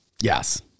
Yes